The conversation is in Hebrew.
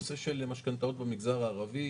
הנושא של משכנתאות במגזר הערבי,